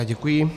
Děkuji.